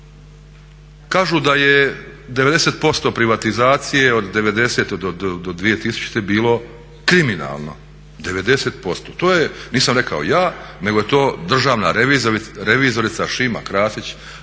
Kažu da je 90% privatizacije od 1990. do 2000. bilo kriminalno, 90%. To je, nisam rekao ja, nego je to državna revizorica Šima Krasić